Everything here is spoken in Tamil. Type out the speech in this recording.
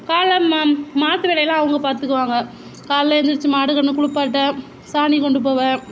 காலைல மா மாத்தறவேலைலாம் அவங்க பார்த்துக்குவாங்க காலைல எழுந்துரிச்சி மாடு கன்று குளிப்பாட்ட சாணி கொண்டு போக